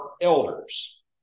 elders